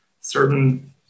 certain